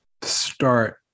start